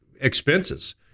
expenses